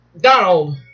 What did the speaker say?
Donald